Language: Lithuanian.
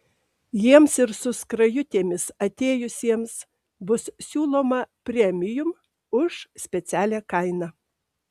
jiems ir su skrajutėmis atėjusiems bus siūloma premium už specialią kainą